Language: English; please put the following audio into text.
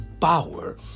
power